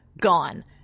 gone